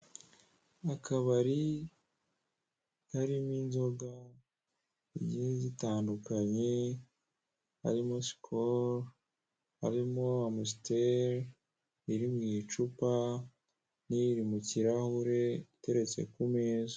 Mu kabari harimo inzoga zigiye zitandukanye harimo sikoro, harimo amusiteri iri mu icupa n'iri mu kirahure iteretse ku meza.